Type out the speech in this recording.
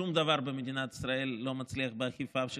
שום דבר במדינת ישראל לא מצליח באכיפה של